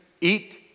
eat